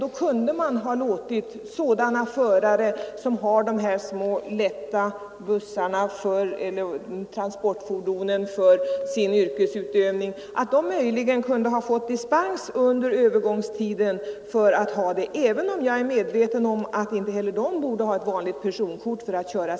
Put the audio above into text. Då kunde man möjligen ha låtit sådana personer som för små, lätta bussar eller transportfordon i sin yrkesutövning få dispens under övergångstiden — även om jag har klart för mig att inte heller de borde ha bara ett vanligt personbilskörkort.